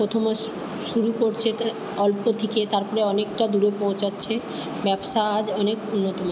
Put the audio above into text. প্রথমে শু শুরু করছে এতে অল্প থেকে তারপরে অনেকটা দূরে পৌঁছাচ্ছে ব্যবসা আজ অনেক উন্নতমান